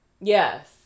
Yes